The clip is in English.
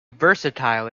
versatile